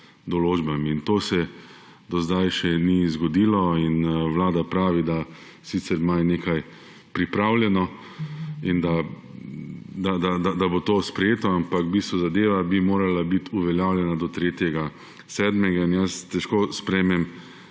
določbami. To se do zdaj še ni zgodilo in Vlada pravi, da sicer ima nekaj pripravljeno in da bo to sprejeto, ampak v bistvu bi zadeva morala biti uveljavljena do 3. 7. In jaz težko sprejmem,